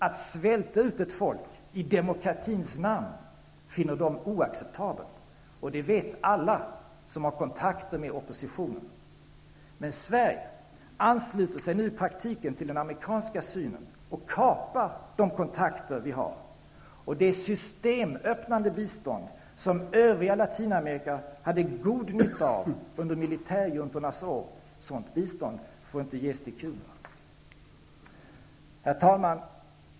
Att svälta ut ett folk i demokratins namn finner de oacceptabelt. Det vet alla som har kontakter med oppositionen. Men Sverige ansluter sig nu i praktiken till den amerikanska synen och kapar de kontakter som vi har. Det systemöppnande bistånd som övriga Latinamerika hade god nytta av under militärjuntornas år, sådant bistånd får inte ges till Herr talman!